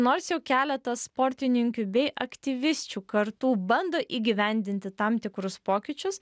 nors jau keletas sportininkių bei aktyvisčių kartų bando įgyvendinti tam tikrus pokyčius